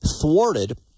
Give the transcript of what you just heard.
thwarted